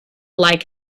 like